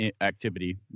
activity